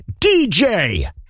DJ